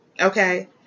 Okay